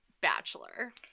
Bachelor